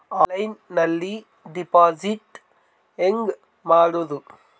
ಆನ್ಲೈನ್ನಲ್ಲಿ ಡೆಪಾಜಿಟ್ ಹೆಂಗ್ ಮಾಡುದು?